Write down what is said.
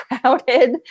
crowded